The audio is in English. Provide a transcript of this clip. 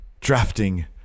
Drafting